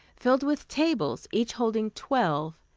filled with tables, each holding twelve.